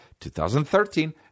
2013